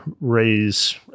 raise